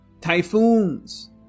typhoons